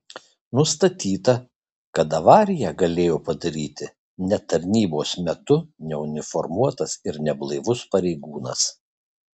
nustatyta kad avariją galėjo padaryti ne tarnybos metu neuniformuotas ir neblaivus pareigūnas